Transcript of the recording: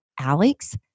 Alex